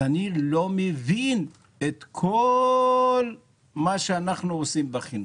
אני לא מבין את כל מה שאנחנו עושים בחינוך.